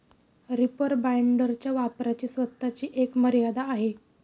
reaper बाइंडरच्या वापराची स्वतःची एक मर्यादा आहे